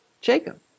Jacob